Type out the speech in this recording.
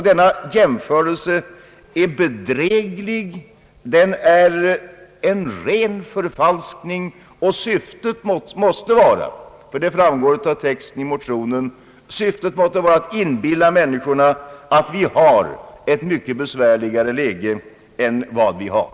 Denna jämförelse är alltså bedräglig, den är en ren förfalskning, och syftet måste vara — det framgår av texten i mo tionen — att inbilla människorna att vi har ett mycket besvärligare läge än vad vi har.